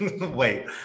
wait